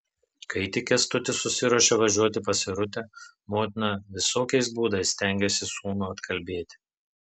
kai tik kęstutis susiruošė važiuoti pas irutę motina visokiais būdais stengėsi sūnų atkalbėti